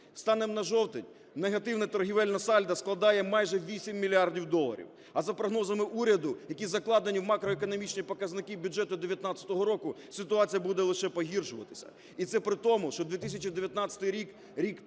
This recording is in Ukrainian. Станом на жовтень негативне торгівельне сальдо складає майже вісім мільярдів доларів, а за прогнозами уряду, які закладені в макроекономічні показники бюджету 19-го року, ситуація буде лише погіршуватися. І це при тому, що 2019 рік – рік пікових